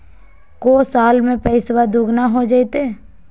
को साल में पैसबा दुगना हो जयते?